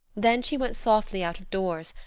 then she went softly out of doors,